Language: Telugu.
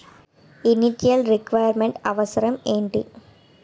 ఇనిటియల్ రిక్వైర్ మెంట్ అవసరం ఎంటి?